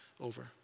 over